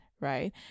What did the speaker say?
right